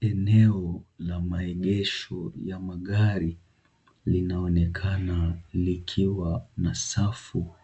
Eneo la maegesho ya magari linaonekana likiwa na safu